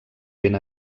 ben